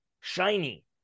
shiny